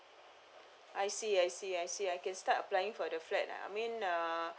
I see I see I see I can start applying for the flat I mean uh